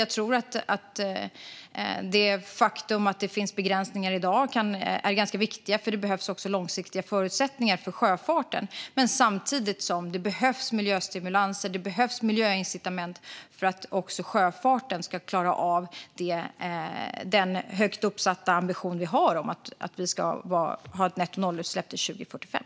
Jag tror att det faktum att det finns begränsningar i farledsavgifterna i dag är ganska viktigt, för det behövs långsiktiga förutsättningar för sjöfarten. Samtidigt behövs det miljöstimulanser och miljöincitament för att också sjöfarten ska klara av vår högt uppsatta ambition att vi ska ha ett nettonollutsläpp till 2045.